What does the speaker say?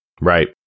Right